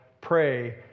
pray